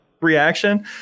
reaction